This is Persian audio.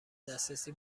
دسترسی